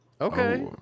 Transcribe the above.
Okay